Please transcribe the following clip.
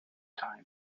time